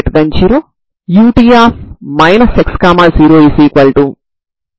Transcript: కాబట్టి మీరు కనుకోవాల్సిన నాన్ జీరో పరిష్కారం ఏమిటి